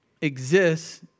exists